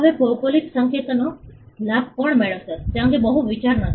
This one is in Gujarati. હવે ભૌગોલિક સંકેતનો લાભ કોણ મેળવશે તે અંગે બહુ વિચાર નથી